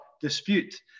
dispute